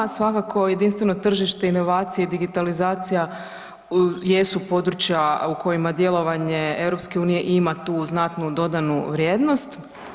Svakako jedinstveno tržište, inovacije i digitalizacija jesu područja u kojima djelovanje EU ima tu znatnu dodanu vrijednost.